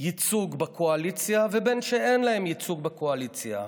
ייצוג בקואליציה ובין שאין להם ייצוג בקואליציה.